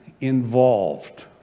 involved